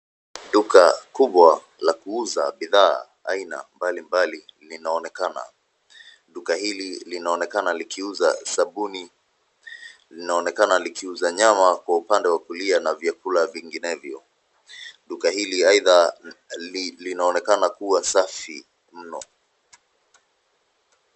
Duka kubwa la kuuza bidhaa aina mbalimbali linaonekana. Duka hili linaonekana likiuza sabuni, linaonekana likiuza nyama kwa upande wa kulia na vyakula vinginevyo. Duka hili aidha linaonekana kuwa safi mno.